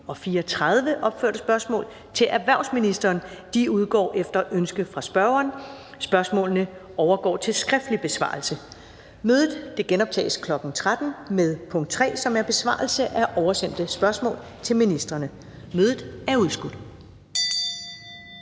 nr. 34 opførte spørgsmål til erhvervsministeren (S 1072 og S 1073) udgår efter ønske fra spørgeren. Spørgsmålene overgår til skriftlig besvarelse. Mødet genoptages kl. 13.00 – med punkt 3, som er besvarelse af oversendte spørgsmål til ministrene. Mødet er udsat.